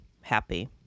happy